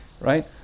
Right